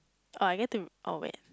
or I get to oh wait